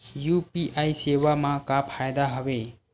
UPI सेवा मा का फ़ायदा हवे?